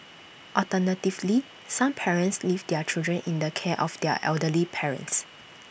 alternatively some parents leave their children in the care of their elderly parents